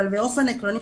אבל באופן עקרוני,